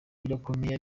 birakomeye